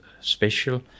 special